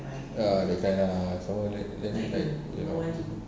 ya that kind lah some more that like